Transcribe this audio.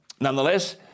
Nonetheless